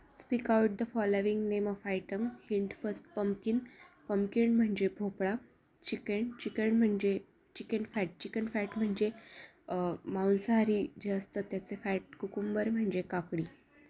speak out the following name of item hint first pumpkin pumpkin म्हणजे भोपळा chicken chicken म्हणजे chicken fat chicken fat म्हणजे मांसाहारी जे असतं त्याचे फॅट कुकुंबर म्हणजे काकडी